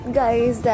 guys